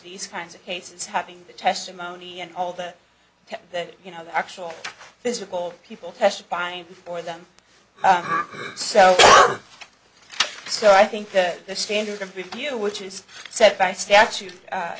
these kinds of cases having the testimony and all that that you know the actual physical people testifying before them so so i think the standard of review which is set by statute